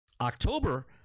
October